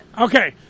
Okay